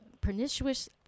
pernicious